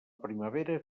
primavera